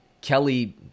Kelly